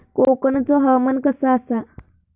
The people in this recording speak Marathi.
कोकनचो हवामान कसा आसा?